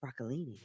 Broccolini